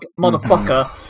motherfucker